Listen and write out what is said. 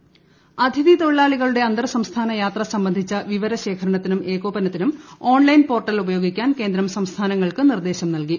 അതിഥി തൊഴിലാളികൾ അതിഥി തൊഴിലാളികളുടെ അന്തർസംസ്ഥാന യാത്ര സംബന്ധിച്ച വിവരശേഖരണത്തിനും ഏകോപനത്തിനും ഓൺലൈൻ പോർട്ടൽ ഉപയ്യോഗിക്കാൻ കേന്ദ്രം സംസ്ഥാനങ്ങൾക്ക് നിർദേശം നിൽകി